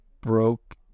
broke